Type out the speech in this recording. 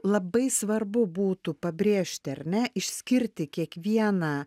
labai svarbu būtų pabrėžti ar ne išskirti kiekvieną